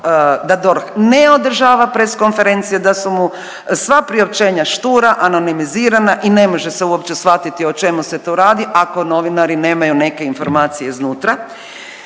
da DORH ne održava press konferencije, da su mu sva priopćenja štura, anonimizirana i ne može se uopće shvatiti o čemu se tu radi, ako novinari nemaju neke informacije iznutra.